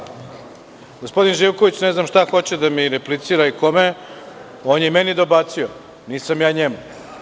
Gospodin Živković ne znam šta hoće da mi replicira i kome, on je meni dobacio, nisam ja njemu.